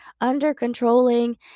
under-controlling